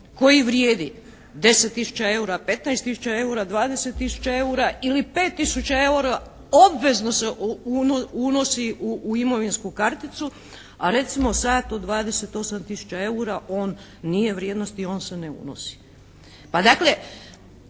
koji vrijedi 10 tisuća eura, 15 tisuća eura, 20 tisuća eura ili 5 tisuća eura, obvezno se unosi u imovinsku karticu. A recimo sat od 28 tisuća eura on nije vrijednost i on se ne unosi. Pa dakle,